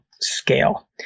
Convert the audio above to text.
scale